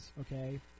okay